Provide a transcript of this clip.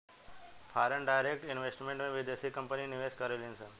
foreign direct investment में बिदेसी company निवेश करेलिसन